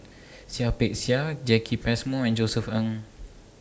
Seah Peck Seah Jacki Passmore and Josef Ng